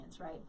right